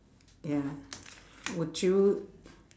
ya would you